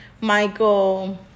michael